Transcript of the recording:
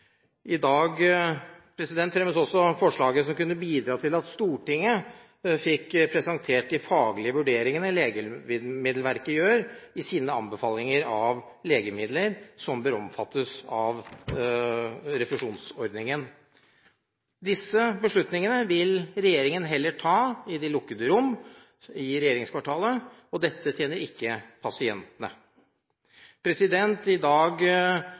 I dag fremmes også forslaget som kunne bidratt til at Stortinget fikk presentert de faglige vurderingene Legemiddelverket gjør i sine anbefalinger av legemidler som bør omfattes av refusjonsordningen. Disse beslutningene vil regjeringen heller ta i de lukkede rom i regjeringskvartalet. Dette tjener ikke pasientene. I dag